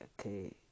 Okay